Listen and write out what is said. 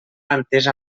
entesa